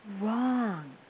wrong